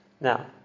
now